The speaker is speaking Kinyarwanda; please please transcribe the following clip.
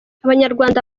abanyarwanda